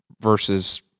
versus